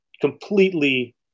completely